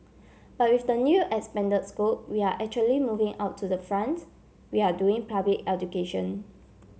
but with the new expanded scope we are actually moving out to the front we are doing public education